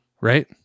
Right